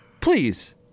Please